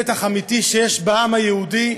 מתח אמיתי שיש בעם היהודי,